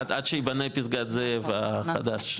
עד שייבנה פסגת זאב החדש.